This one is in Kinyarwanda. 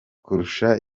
kurisha